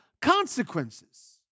consequences